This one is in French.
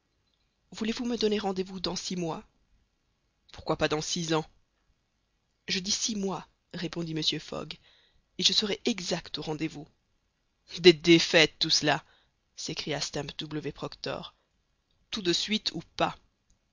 voulez-vous me donner rendez-vous dans six mois pourquoi pas dans six ans je dis six mois répondit mr fogg et je serai exact au rendez-vous des défaites tout cela s'écria stamp w proctor tout de suite ou pas